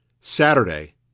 Saturday